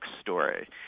story